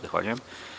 Zahvaljujem.